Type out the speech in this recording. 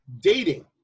Dating